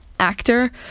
actor